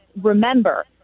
remember